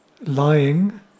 lying